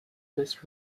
best